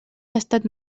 tastat